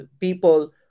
people